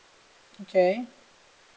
okay